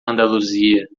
andaluzia